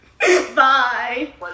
Bye